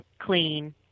clean